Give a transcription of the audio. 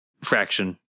fraction